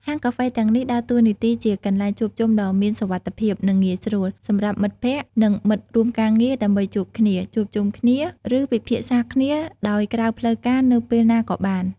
ហាងកាហ្វេទាំងនេះដើរតួនាទីជា កន្លែងជួបជុំដ៏មានសុវត្ថិភាព និងងាយស្រួល សម្រាប់មិត្តភក្តិ និងមិត្តរួមការងារដើម្បីជួបគ្នា ជួបជុំគ្នា ឬពិភាក្សាគ្នាដោយក្រៅផ្លូវការនៅពេលណាក៏បាន។